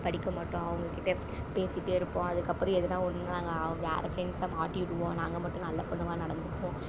படிக்கமாட்டோம் அவங்கக்கிட்ட பேசிட்டே இருப்போம் அதுக்கப்புறோம் எதுனா ஒன்றுனா நாங்கள் வேறு ஃப்ரெண்ட்ஸை மாட்டிவிடுவோம் நாங்கள் மட்டும் நல்ல பொண்ணுவா நடந்துப்போம்